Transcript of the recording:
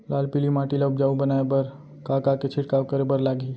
लाल पीली माटी ला उपजाऊ बनाए बर का का के छिड़काव करे बर लागही?